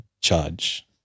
charge